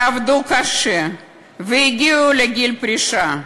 שעבדו קשה והגיעו לגיל פרישה,